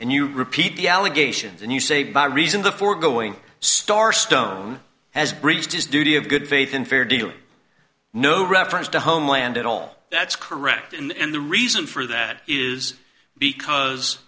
and you repeat the allegations and you say by reason the foregoing star stone has breached his duty of good faith and fair dealing no reference to homeland at all that's correct and the reason for that is because